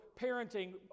parenting